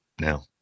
now